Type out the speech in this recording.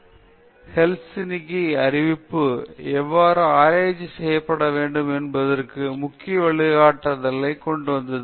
பின்னர் ஹெல்சிங்கியின் அறிவிப்பு எவ்வாறு ஆராய்ச்சி செய்யப்பட வேண்டும் என்பதற்கான முக்கியமான வழிகாட்டுதல்களுடன் சிலவற்றைக் கொண்டு வந்துள்ளது